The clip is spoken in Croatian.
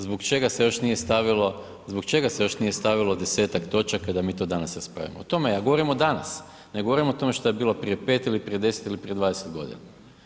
Zbog čega se još nije stavilo, zbog čega se još nije stavilo 10-ak točaka da mi to danas raspravimo, o tome ja govorim, o danas, ne govorim o tome šta je bilo prije 5 ili prije 10 ili prije 20 godina.